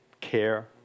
care